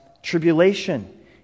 Tribulation